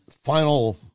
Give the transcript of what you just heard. final